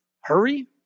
hurry